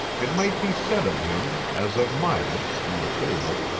it might be said of him, as of midas, in the fable,